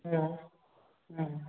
हूँ हूँ